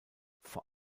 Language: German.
vor